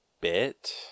bit